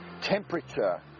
temperature